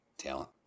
talent